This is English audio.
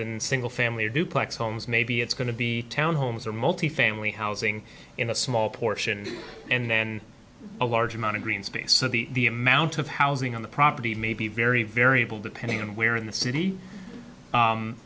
than single family duplex homes maybe it's one of the town homes or multifamily housing in a small portion and then a large amount of green space so the the amount of housing on the property may be very variable depending on where in the city